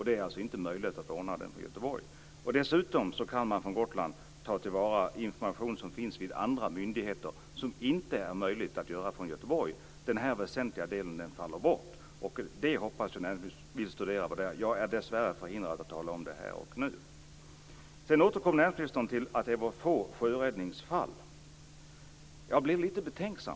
Det är inte möjligt att ordna den från Göteborg. Dessutom kan man från Gotland ta till vara information som finns hos andra myndigheter, vilket inte är möjligt att göra från Göteborg. Denna väsentliga del faller bort. Detta hoppas jag att näringsministern studerar. Jag är dessvärre förhindrad att tala om det här och nu. Näringsministern återkommer till detta med att det är få sjöräddningsfall. Jag blir då lite betänksam.